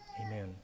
Amen